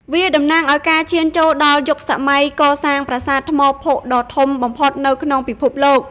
វាតំណាងឱ្យការឈានចូលដល់យុគសម័យកសាងប្រាសាទថ្មភក់ដ៏ធំបំផុតនៅក្នុងពិភពលោក។